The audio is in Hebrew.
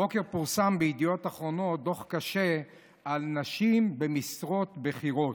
הבוקר פורסם בידיעות אחרונות דוח קשה על נשים במשרות בכירות,